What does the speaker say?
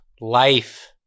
life